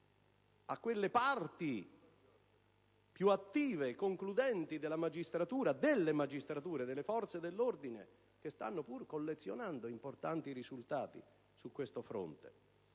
a quelle parti più attive e concludenti delle magistrature e delle forze dell'ordine che stanno pur collezionando importanti risultati su questo fronte.